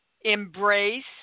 embrace